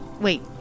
Wait